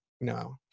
No